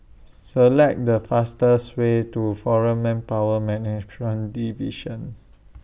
Select The fastest Way to Foreign Manpower Management Division